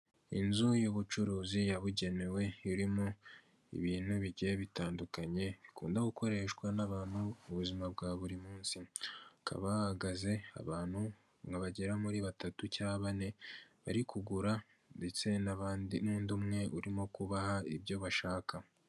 Inzu y'ubucuruzi yabugenewe irimo ibintu bigiye bitandukanye, ikunda gukoreshwa n'abantu buzima bwa buri munsi, hakaba hahagaze abantu nka bagera muri batatu cyangwa bane, bari kugura ndetse n'abandi, n'undi umwe urimo kubaha ibyo bashaka.